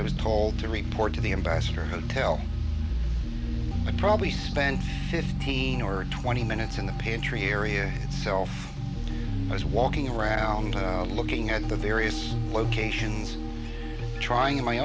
i was told to report to the ambassador hotel and probably spent fifteen or twenty minutes in the pantry area itself i was walking around looking at the various locations trying in my